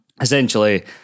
Essentially